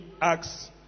Acts